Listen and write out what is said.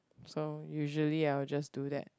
so usually I will just do that